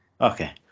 Okay